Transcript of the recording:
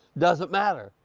doesn't matter.